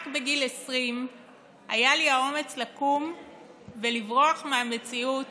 רק בגיל 20 היה לי האומץ לקום ולברוח מהמציאות